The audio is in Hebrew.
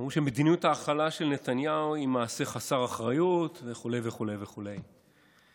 ואמרו שמדיניות ההכלה של נתניהו היא מעשה חסר אחריות וכו' וכו' וכו'.